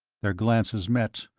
their glances met.